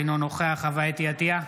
אינו נוכח חוה אתי עטייה,